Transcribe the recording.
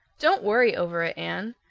don't worry over it, anne.